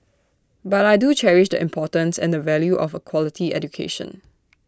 but I do cherish the importance and the value of A quality education